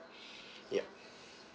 yeah